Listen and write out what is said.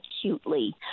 acutely